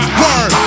word